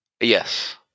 yes